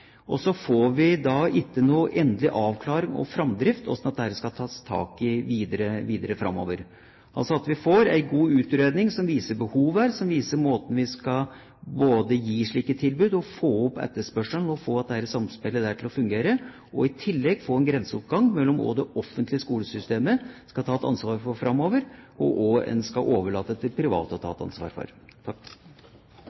så får vi ikke noen endelig avklaring av framdrift og hvordan dette skal tas tak i videre framover. Det er viktig at vi får en god utredning som viser behovet her, som viser måten vi skal både gi slike tilbud og få opp etterspørselen, og få dette samspillet til å fungere, og at vi i tillegg får en grenseoppgang mellom hva det offentlige skolesystemet skal ta et ansvar for framover, og hva en skal overlate til private å ta